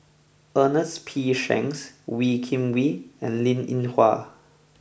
Ernest P Shanks Wee Kim Wee and Linn In Hua